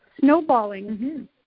snowballing